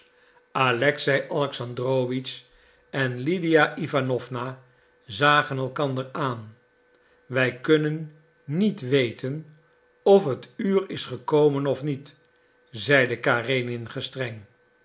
alexei alexandrowitsch en lydia iwanowna zagen elkander aan wij kunnen niet weten of het uur is gekomen of niet zeide karenin